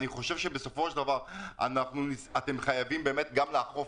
אני חושבת שאנחנו התכנסנו לתוך זה.